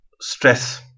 stress